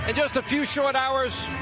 and just a few short hours,